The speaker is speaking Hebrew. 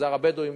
מגזר הבדואים,